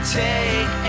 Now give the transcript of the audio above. take